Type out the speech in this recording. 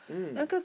mm